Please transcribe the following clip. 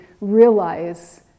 realize